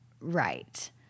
right